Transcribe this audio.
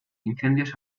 incendios